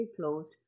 closed